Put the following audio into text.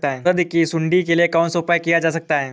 उड़द की सुंडी के लिए कौन सा उपाय किया जा सकता है?